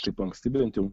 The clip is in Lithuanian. taip anksti bent jau